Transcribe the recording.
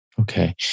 Okay